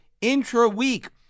intra-week